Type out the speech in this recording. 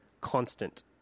constant